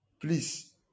Please